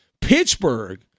Pittsburgh